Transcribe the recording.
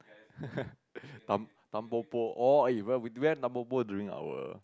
tam~ Tampopo orh bruh we don't have Tampopo during our